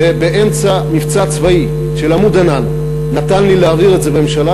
ובאמצע המבצע הצבאי "עמוד ענן" נתן לי להעביר את זה בממשלה